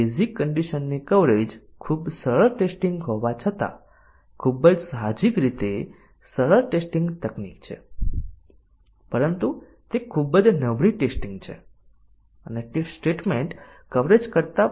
basic condition coverage decision coverage આપશે